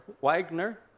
Wagner